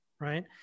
right